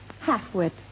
half-wit